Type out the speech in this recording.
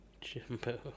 Jimbo